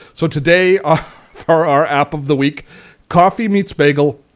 so today ah for our app of the week coffee meets bagel.